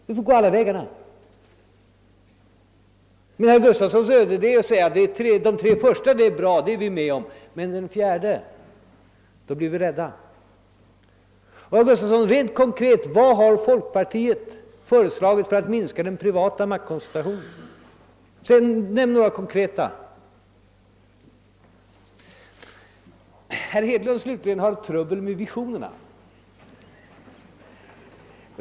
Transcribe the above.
Men herr Gustafsons öde är att endast kunna acceptera de tre första komponenterna men inte den fjärde. Inför denna möjlighet grips man av rädsla. Vad har folkpartiet konkret gjort för att minska den privata maktkoncentrationen? Nämn några konkreta exempel! Herr Hedlund slutligen har bekymmer med visionerna.